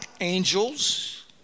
angels